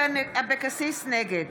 נגד